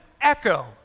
echo